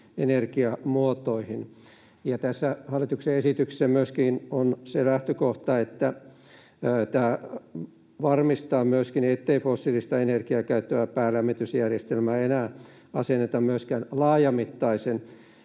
Hallituksen esityksessä on myöskin se lähtökohta, että tämä varmistaa myöskin, ettei fossiilista energiaa käyttävää päälämmitysjärjestelmää enää asenneta myöskään laajamittaisten